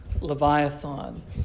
Leviathan